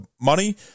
money